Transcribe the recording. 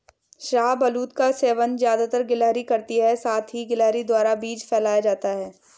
शाहबलूत का सेवन ज़्यादातर गिलहरी करती है साथ ही गिलहरी द्वारा बीज फैलाया जाता है